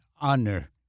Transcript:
honor